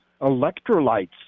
electrolytes